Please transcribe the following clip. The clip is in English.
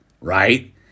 Right